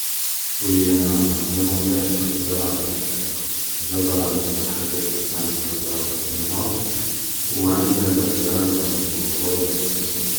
وي انا فريمون مليح في الزراعة تاع الحدائق ديجا زارع من قبل حديقة تاعنا تاع دار و خادمها و عندي نباتات و عندي ورود و عندي قاع هاد صوالح